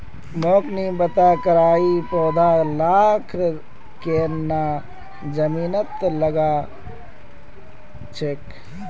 मोक नी पता राइर पौधा लाक केन न जमीनत लगा छेक